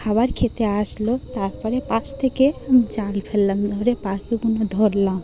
খাবার খেতে আসলো তারপরে পাশ থেকে জাল ফেললাম ধরে পাখিগুলো ধরলাম